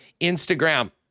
Instagram